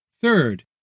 Third